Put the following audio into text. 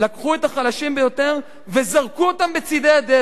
לקחו את החלשים ביותר וזרקו אותם בצדי הדרך".